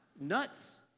nuts